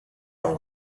all